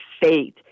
faith